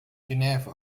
genève